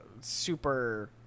super